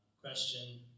Question